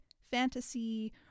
fantasy